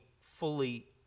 fully